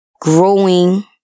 growing